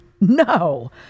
No